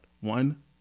One